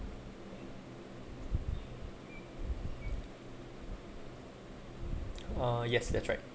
uh yes that's right